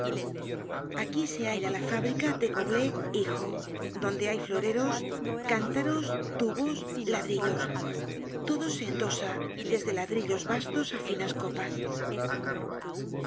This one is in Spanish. aquí se halla la fábrica de goblel hijo donde hay floreros rentaros tubos ladrillos todo se endosa desde ladrillos bastos t finas cojxis